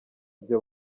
ibyo